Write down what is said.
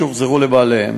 והם הוחזרו לבעליהם.